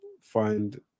find